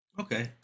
Okay